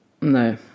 No